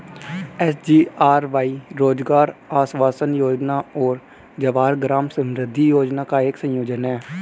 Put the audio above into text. SGRY रोजगार आश्वासन योजना और जवाहर ग्राम समृद्धि योजना का एक संयोजन है